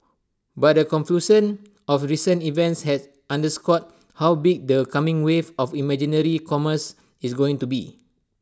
but A confluence of recent events has underscored how big their coming wave of imaginary commerce is going to be